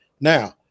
Now